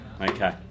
Okay